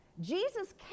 Jesus